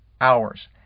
hours